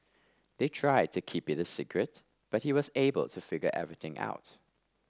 they tried to keep it a secret but he was able to figure everything out